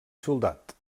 soldat